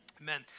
Amen